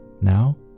Now